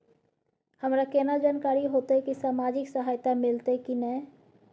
हमरा केना जानकारी होते की सामाजिक सहायता मिलते की नय?